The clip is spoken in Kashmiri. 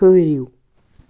ٹھٕہرِو